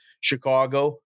Chicago